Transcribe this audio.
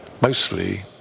mostly